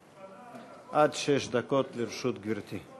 עד שש דקות לרשות גברתי.